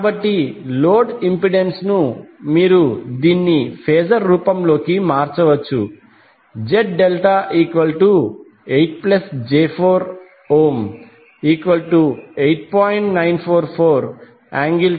కాబట్టి load impedance ను మీరు దీన్ని ఫేజర్ రూపంలోకి మార్చవచ్చు Z∆8j48